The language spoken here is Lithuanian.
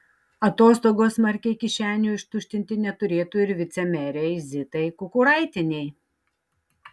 atostogos smarkiai kišenių ištuštinti neturėtų ir vicemerei zitai kukuraitienei